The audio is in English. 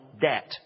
debt